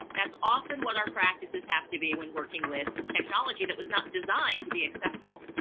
that's often what our practices have to be when working with technology that was not designed to be accessible.